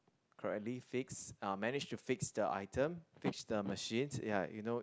correctly fix uh managed to fix the item fix the machine ya you know